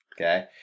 Okay